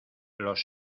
los